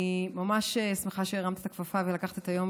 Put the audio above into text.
אני ממש שמחה שהרמת את הכפפה ולקחת את היום